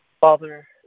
Father